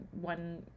one